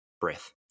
breath